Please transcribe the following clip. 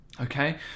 Okay